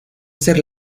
ser